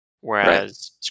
whereas